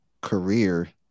career